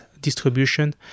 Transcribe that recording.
distribution